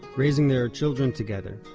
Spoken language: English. raising their children together.